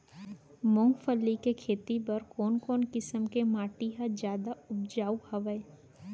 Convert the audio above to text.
मूंगफली के खेती बर कोन कोन किसम के माटी ह जादा उपजाऊ हवये?